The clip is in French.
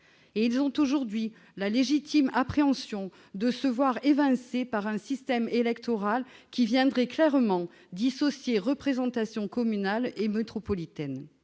Et ils ont aujourd'hui la légitime appréhension de se voir évincés par un système électoral, qui viendrait clairement dissocier représentation communale et métropolitaine.